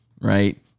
Right